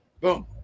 boom